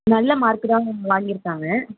நல்ல மார்க்கு தான் மேம் வாங்கிருக்காங்க